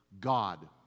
God